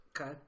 Okay